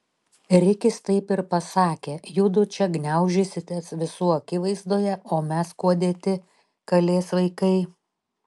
rikis taip ir pasakė judu čia gniaužysitės visų akivaizdoje o mes kuo dėti kalės vaikai